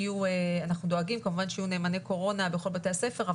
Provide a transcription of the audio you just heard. אנחנו דואגים כמובן שיהיו נאמני קורונה בכל בתי הספר,